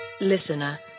Listener